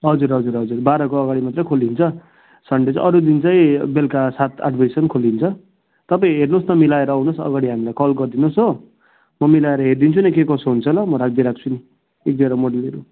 हजुर हजुर हजुर बाह्रको अगाडि मात्रै खोलिन्छ सनडे चाहिँ अरू दिन चाहिँ बेलुका सात आठ बजीसम्म खोलिन्छ तपाईँ हेर्नुहोस् न मिलाएर आउनुहोस् अगाडि हामीलाई कल गरिदिनु होस् हो म मिलाएर हेरिदिन्छु नि के कसो हुन्छ ल म राखिदिई राख्छु नि एक दुईवटा मोडलहरू